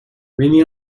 many